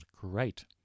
great